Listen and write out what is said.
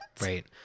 Right